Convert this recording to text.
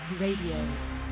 Radio